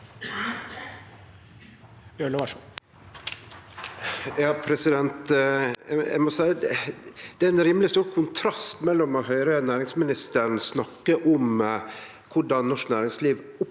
det er ein rimeleg stor kontrast mellom å høyre næringsministeren snakke om korleis norsk næringsliv opplever